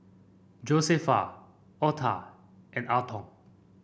Josefa Otha and Alton